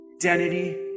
identity